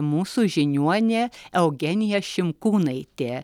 mūsų žiniuonė eugenija šimkūnaitė